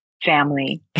Family